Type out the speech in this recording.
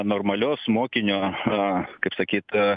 normalios mokinio kaip sakyt